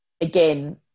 again